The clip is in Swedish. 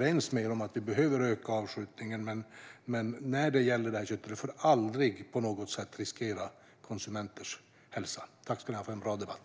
ledamöterna om att vi behöver öka avskjutningen. Men vi får aldrig riskera konsumenters hälsa på något sätt med det här köttet. Tack för en bra debatt!